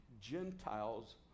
Gentiles